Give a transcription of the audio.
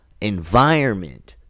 environment